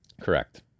correct